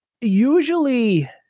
Usually